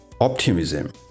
optimism